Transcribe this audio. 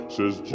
Says